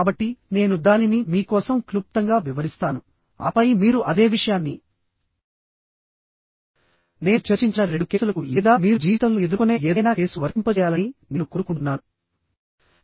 కాబట్టి నేను దానిని మీ కోసం క్లుప్తంగా వివరిస్తాను ఆపై మీరు అదే విషయాన్ని నేను చర్చించిన రెండు కేసులకు లేదా మీరు జీవితంలో ఎదుర్కొనే ఏదైనా కేసుకు వర్తింపజేయాలని నేను కోరుకుంటున్నాను